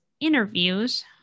interviews